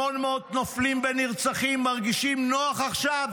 1,800 נופלים ונרצחים מרגישים נוח עכשיו?